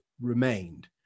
remained